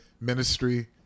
Ministry